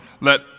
Let